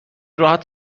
راحت